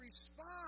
respond